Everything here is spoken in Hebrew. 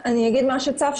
אני אגיד מה שצף,